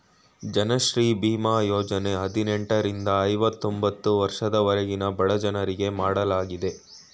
ಜನಶ್ರೀ ಬೀಮಾ ಯೋಜನೆ ಹದಿನೆಂಟರಿಂದ ಐವತೊಂಬತ್ತು ವರ್ಷದವರೆಗಿನ ಬಡಜನರಿಗೆ ಮಾಡಲಾಗಿದೆ